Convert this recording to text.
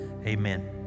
Amen